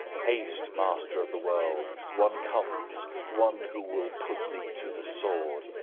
haste, master of the world! one comes one who will put thee to the sword.